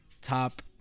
top